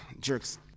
jerks